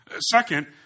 Second